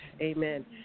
Amen